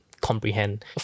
comprehend